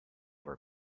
were